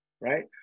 right